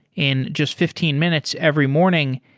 in just fifteen minutes every morning,